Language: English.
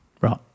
Right